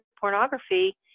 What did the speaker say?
pornography